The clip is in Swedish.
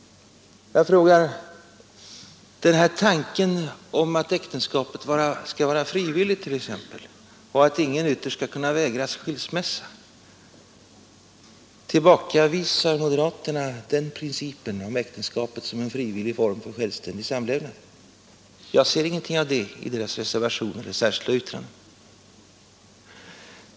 Jag frågar: När det gäller tanken att äktenskapet skall vara frivilligt och att ingen ytterst skall kunna vägras skilsmässa, tillbakavisar moderaterna den? Jag ser inget av det i moderaternas reservationer eller särskilda yttranden.